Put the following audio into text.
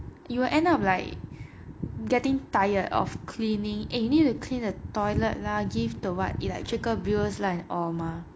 you will end up like getting tired of cleaning eh you need to clean the toilet lah give the what electrical bills lah and all mah